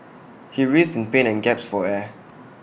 he writhed in pain and gasped for air